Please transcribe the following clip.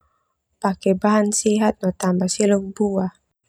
Pake bahan sehat no tambah seluk buah.